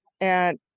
And-